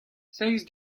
seizh